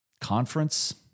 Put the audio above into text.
conference